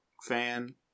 fan